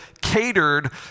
catered